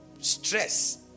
stress